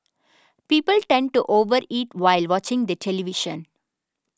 people tend to over eat while watching the television